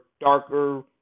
darker